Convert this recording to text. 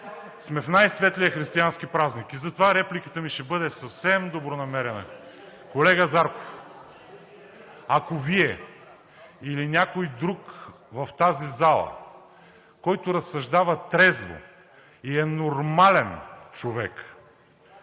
сме в най-светлия християнски празник и затова репликата ми ще бъде съвсем добронамерена. Колега Зарков, ако Вие или някой друг в тази зала, който разсъждава трезво и е нормален човек,